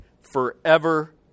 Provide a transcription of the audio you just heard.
forever